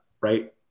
right